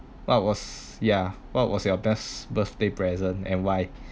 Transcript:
what was ya what was your best birthday present and why